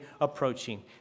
approaching